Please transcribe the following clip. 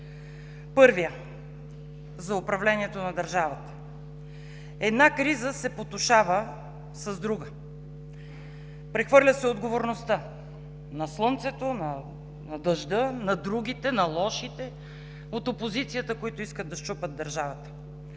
Първият е за управлението на държавата. Една криза се потушава с друга. Прехвърля се отговорността на слънцето, на дъжда, на другите, на лошите от опозицията, които искат да счупят държавата.